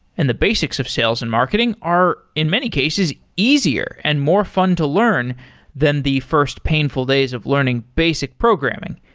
and the basics of sales and marketing are in many cases easier and more fun to learn than the first painful days of learning basic programming.